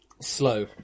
slow